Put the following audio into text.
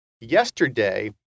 yesterday